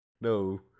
No